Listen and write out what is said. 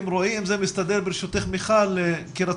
וזה גבירותי ורבותי,